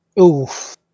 Oof